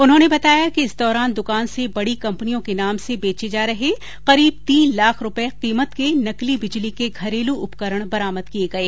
उन्होंने बताया कि इस दौरान द्रकान से बडी कम्पनियों के नाम से बेचे जा रहे करीब तीन लाख रुपये कीमत के नकली बिजली के घरेलू उपकरण बरामद किये गये